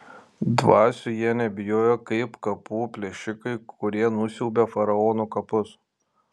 dvasių jie nebijojo kaip kapų plėšikai kurie nusiaubia faraonų kapus